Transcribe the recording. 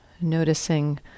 Noticing